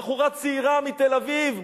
בחורה צעירה מתל-אביב,